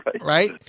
Right